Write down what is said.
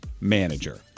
manager